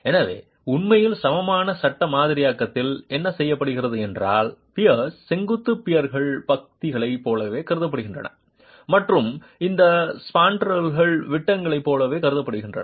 எனவே உண்மையில் சமமான சட்ட மாதிரியாக்கத்தில் என்ன செய்யப்படுகிறது என்றால் பியர்ஸ் செங்குத்து பியர்கள் பத்திகளைப் போலவே கருதப்படுகின்றன மற்றும் இந்த ஸ்பேன்ட்ரெல்கள் விட்டங்களைப் போலவே கருதப்படுகின்றன